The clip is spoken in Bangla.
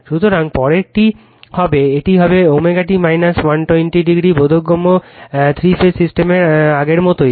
সুতরাং পরেরটি হবে এটি হবে ω t 120o বোধগম্য থ্রি ফেজ সিস্টেমের আগের মতোই